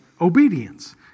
obedience